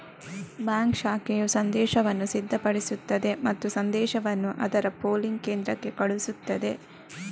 bank ಶಾಖೆಯು ಸಂದೇಶವನ್ನು ಸಿದ್ಧಪಡಿಸುತ್ತದೆ ಮತ್ತು ಸಂದೇಶವನ್ನು ಅದರ ಪೂಲಿಂಗ್ ಕೇಂದ್ರಕ್ಕೆ ಕಳುಹಿಸುತ್ತದೆ